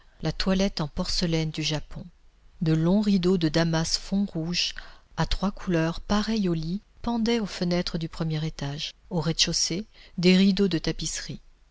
la toilette en porcelaine du japon de longs rideaux de damas fond rouge à trois couleurs pareils au lit pendaient aux fenêtres du premier étage au rez-de-chaussée des rideaux de tapisserie